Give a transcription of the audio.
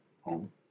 home